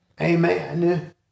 Amen